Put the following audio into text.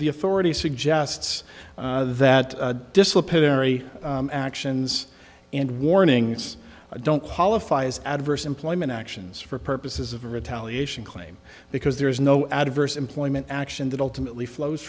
the authority suggests that disciplinary actions and warnings don't qualify as adverse employment actions for purposes of retaliation claim because there is no adverse employment action that ultimately flows